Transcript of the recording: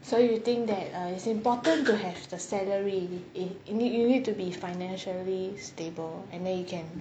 so you think that it's important to have the salary if you need you need to be financially stable and then you can